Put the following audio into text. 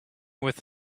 with